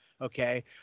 okay